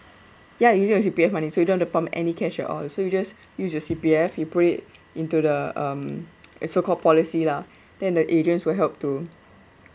ya using your C_P_F money so you don't have to pump any cash at all so you just use your C_P_F you put it into the um so called policy lah then the agents will help to